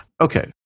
Okay